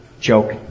joke